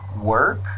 work